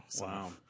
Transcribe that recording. Wow